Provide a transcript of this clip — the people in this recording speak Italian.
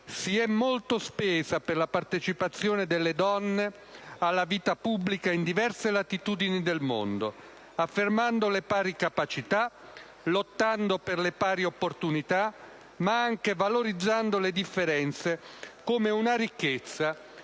Si è molto spesa per la partecipazione delle donne alla vita pubblica in diverse latitudini del mondo, affermando le pari capacità, lottando per le pari opportunità, ma anche valorizzando le differenze come una ricchezza